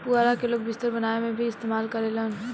पुआरा के लोग बिस्तर बनावे में भी इस्तेमाल करेलन